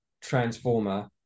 transformer